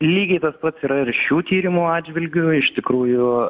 lygiai tas pat yra ir šių tyrimų atžvilgiu iš tikrųjų